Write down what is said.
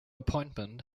appointment